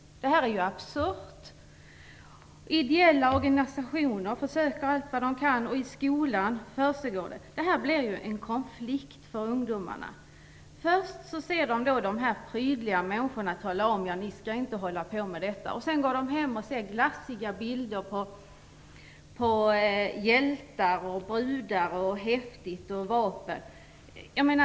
Detta är absurt. Ideella organisationer gör allt vad de kan, och i skolan arbetar man mot detta. Det blir en konflikt för ungdomarna. Först ser de prydliga människor tala om att de inte skall hålla på med detta, och sedan går de hem och ser glassiga bilder av hjältar, brudar, häftigheter och vapen.